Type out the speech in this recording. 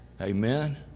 Amen